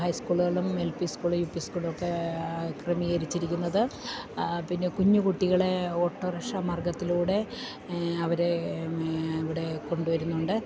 high സ്കൂളുകളും L P school U P school ഒക്കെ ക്രമീകരിച്ചിരിക്കുന്നത് പിന്നെ കുഞ്ഞു കുട്ടികളെ ഓട്ടോ റിക്ഷ മാർഗ്ഗത്തിലൂടെ അവരെ ഇവിടെ കൊണ്ടുവരുന്നുണ്ട്